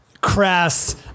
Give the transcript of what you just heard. crass